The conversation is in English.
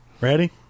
Ready